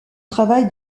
travail